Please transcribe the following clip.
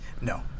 No